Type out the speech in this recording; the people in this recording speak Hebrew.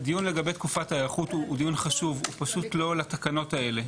הדיון לגבי תקופת ההיערכות הוא דיון חשוב פשוט לא לתקנות האלה.